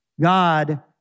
God